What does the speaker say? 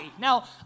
Now